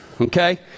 Okay